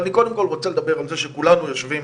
אבל אני קודם כל רוצה לדבר על זה שכולנו יושבים